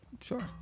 sure